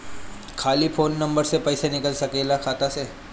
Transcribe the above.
खाली phone number से पईसा निकल सकेला खाता से?